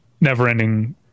never-ending